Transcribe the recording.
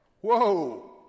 Whoa